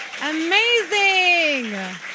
Amazing